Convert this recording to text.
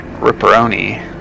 Ripperoni